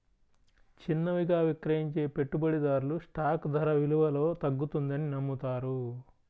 చిన్నవిగా విక్రయించే పెట్టుబడిదారులు స్టాక్ ధర విలువలో తగ్గుతుందని నమ్ముతారు